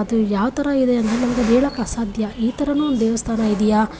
ಅದು ಯಾವ ಥರ ಇದೆ ಅಂದರೆ ನಮಗೆ ಹೇಳೋಕೆ ಅಸಾಧ್ಯ ಈ ಥರನೂ ದೇವಸ್ಥಾನ ಇದೆಯಾ